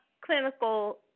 clinical